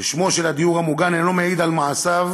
ושמו של הדיור המוגן אינו מעיד על מעשיו,